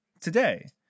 today